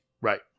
right